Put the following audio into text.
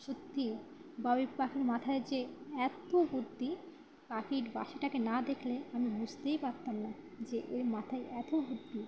সত্যি বাবুই পাখির মাথায় যে এত বুদ্ধি পাখির বাসাটাকে না দেখলে আমি বুঝতেই পারতাম না যে এর মাথায় এত বুদ্ধি